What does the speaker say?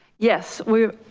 yes, we'll